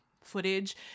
footage